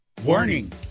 Warning